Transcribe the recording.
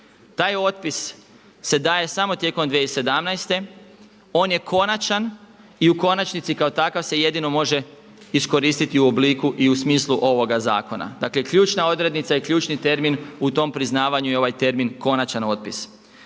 Taj otpis se daje samo tijekom 2017., on je konačan i u konačnici kao takav se jedino može iskoristiti u obliku i u smislu ovoga zakona. Dakle ključna odrednica i ključni termin u tom priznavanju je ovaj termin konačan otpis.